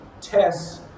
Tests